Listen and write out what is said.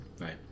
Right